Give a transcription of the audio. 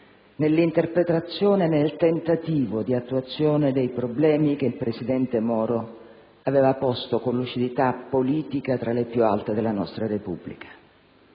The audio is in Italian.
nell'interpretazione e nel tentativo di attuazione dei problemi che il presidente Moro aveva posto con lucidità politica tra le più alte della nostra Repubblica,